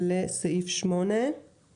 בבקשה להמשיך.